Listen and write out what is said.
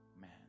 man